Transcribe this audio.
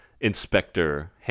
Inspector